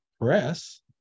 press